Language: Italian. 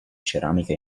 ceramica